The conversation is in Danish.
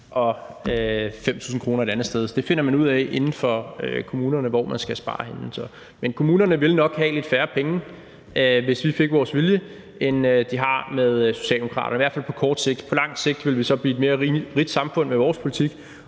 og 5.000 kr. et andet sted. Så det finder man ud af inden for kommunerne, altså hvor man skal spare henne. Men kommunerne ville nok have lidt færre penge, hvis vi fik vores vilje, end de har med Socialdemokraterne, i hvert fald på kort sigt. På lang sigt vil vi blive et mere rigt samfund med vores politik,